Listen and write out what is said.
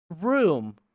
room